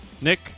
Nick